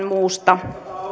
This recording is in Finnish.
muusta